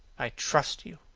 i trust you.